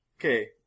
Okay